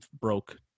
broke